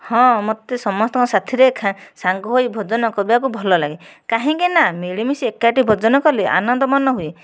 ହଁ ମୋତେ ସମସ୍ତଙ୍କ ସାଥିରେ ସାଙ୍ଗ ହୋଇ ଭୋଜନ କରିବାକୁ ଭଲ ଲାଗେ କାହିଁକିନା ମିଳିମିଶି ଏକାଠି ଭୋଜନ କଲେ ଆନନ୍ଦ ମନ ହୁଏ